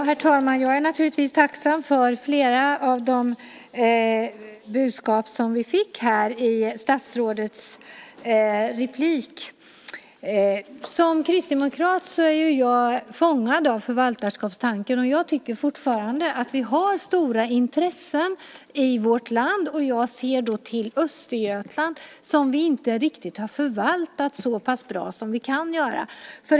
Herr talman! Jag är naturligtvis tacksam för flera av de budskap som vi fick här i statsrådets replik. Som kristdemokrat är jag fångad av förvaltarskapstanken, och jag tycker fortfarande att vi har stora intressen i vårt land. Jag ser då till Östergötland, som vi inte riktigt har förvaltat så pass bra som vi kan göra.